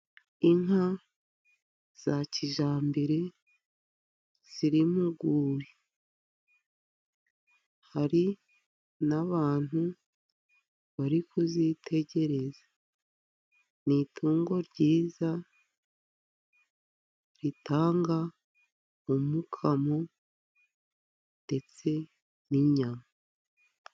Inka za kijyambere ziri mu rwuri, hari n'abantu bari kuzitegereza. Ni itungo ryiza ritanga umukamo, ndetse n'inyama.